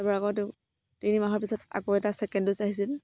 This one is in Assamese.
এইবাৰ আকৌ তিনি মাহৰ পিছত আকৌ এটা ছেকেণ্ড ড'জ আহিছিল